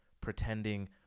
pretending